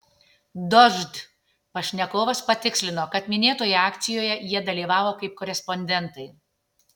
dožd pašnekovas patikslino kad minėtoje akcijoje jie dalyvavo kaip korespondentai